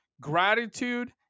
Gratitude